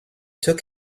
took